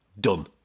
Done